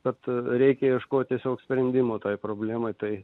kad reikia ieškoti savo sprendimo toje problemą tai